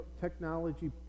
technology